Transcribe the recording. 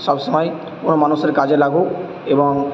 সব সময় কোনো মানুষের কাজে লাগুক এবং